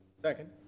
second